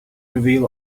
reveal